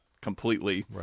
completely